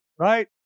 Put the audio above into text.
Right